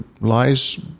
lies